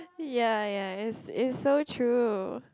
ya ya it's it's so true